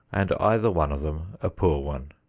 and either one of them a poor one.